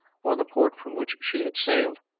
or the port from which she had sailed.